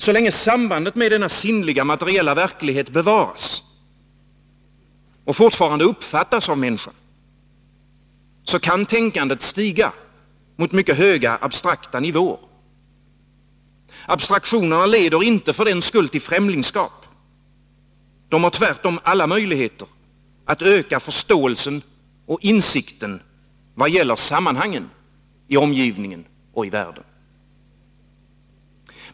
Så länge sambandet med denna sinnliga, materiella verklighet bevaras och fortfarande uppfattas av människan, kan tänkandet stiga mot mycket höga abstrakta nivåer. Abstraktionerna leder för den skull inte till främlingskap — de har tvärtom alla möjligheter att öka förståelsen och insikten vad gäller sammanhangen i omgivningen och i världen.